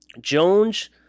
Jones